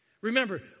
Remember